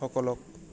সকলক